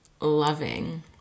loving